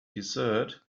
desert